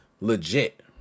legit